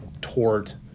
tort